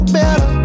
better